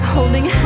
Holding